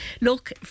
look